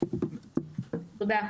תודה.